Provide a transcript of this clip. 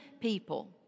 people